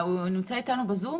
הוא נמצא איתנו בזום?